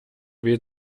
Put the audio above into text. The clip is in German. weh